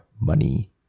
money